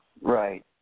Right